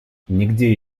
нигде